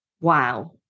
wow